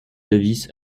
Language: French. davis